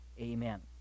amen